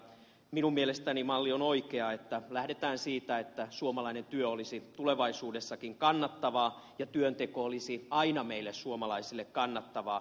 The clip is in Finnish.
minun mielestäni malli on oikea että lähdetään siitä että suomalainen työ olisi tulevaisuudessakin kannattavaa ja työnteko olisi aina meille suomalaisille kannattavaa